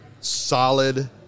solid